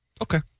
okay